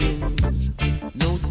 no